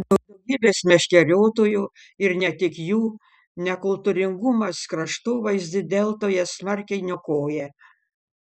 daugybės meškeriotojų ir ne tik jų nekultūringumas kraštovaizdį deltoje smarkiai niokoja